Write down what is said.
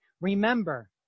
Remember